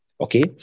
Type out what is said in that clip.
Okay